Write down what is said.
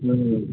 ꯎꯝ